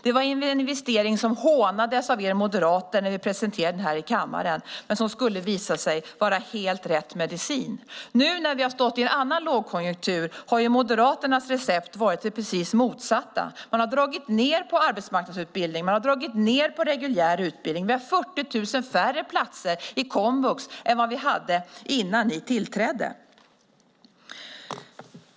Det var en investering som hånades av er moderater när vi presenterade den här i kammaren men som skulle visa sig vara helt rätt medicin. Nu när vi har stått i en annan lågkonjunktur har Moderaternas recept varit det precis motsatta. Man har dragit ned på arbetsmarknadsutbildning. Man har dragit ned på reguljär utbildning. Vi har 40 000 färre platser i komvux än vad vi hade innan ni tillträdde.